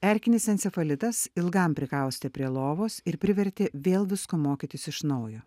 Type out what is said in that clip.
erkinis encefalitas ilgam prikaustė prie lovos ir privertė vėl visko mokytis iš naujo